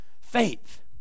faith